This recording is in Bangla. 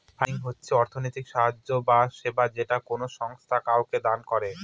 ফান্ডিং হচ্ছে অর্থনৈতিক সাহায্য বা সেবা যেটা কোনো সংস্থা কাউকে দান করে